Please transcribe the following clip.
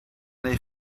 neu